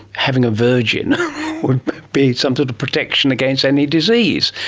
having a virgin would be some sort of protection against any disease.